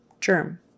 Germ